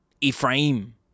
Ephraim